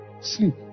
sleep